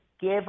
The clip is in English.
give